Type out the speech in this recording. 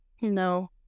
No